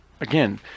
again